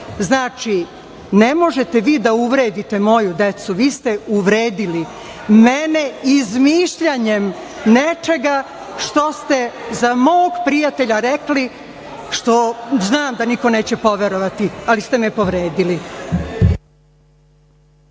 ostalo. Znači, ne možete vi da uvredite moju decu. Vi ste uvredili mene izmišljanjem nečega što ste za mog prijatelja rekli, što znam da niko neće poverovati, ali ste me povredili.